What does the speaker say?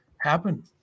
happen